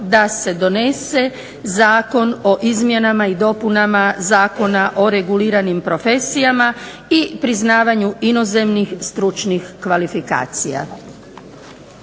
da se donese Zakon o izmjenama i dopunama Zakona o reguliranim profesijama, i priznavanju inozemnih stručnih kvalifikacija.